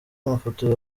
amafoto